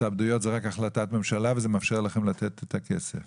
התאבדויות זה רק החלטת ממשלה וזה מאפשר לכם לתת את הכסף.